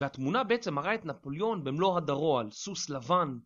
והתמונה בעצם מראה את נפוליאון במלוא הדרו על סוס לבן.